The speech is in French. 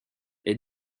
est